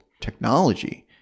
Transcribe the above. technology